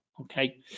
okay